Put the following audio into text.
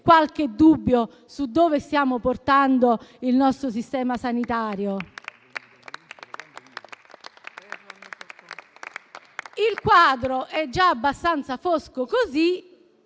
qualche dubbio su dove stiamo portando il nostro sistema sanitario. Il quadro sarebbe già abbastanza fosco così,